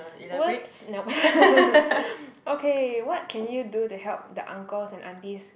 !oops! nope okay what can you do to help the uncles and aunties